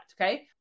Okay